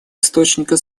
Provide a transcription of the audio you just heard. источника